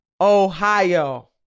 Ohio